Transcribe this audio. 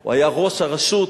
הוא היה ראש הרשות,